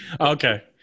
Okay